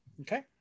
Okay